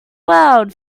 world